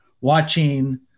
watching